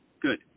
Good